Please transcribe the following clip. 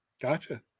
Gotcha